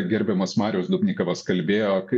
gerbiamas marius dubnikovas kalbėjo kai